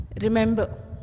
Remember